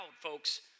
folks